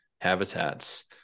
habitats